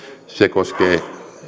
se koskee